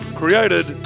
created